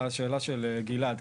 לשאלה של גלעד,